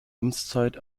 amtszeit